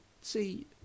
see